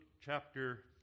chapter